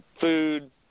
food